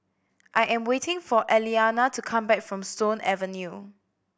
I am waiting for Elianna to come back from Stone Avenue